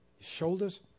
shoulders